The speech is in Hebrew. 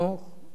באזורי תעשייה,